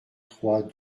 trois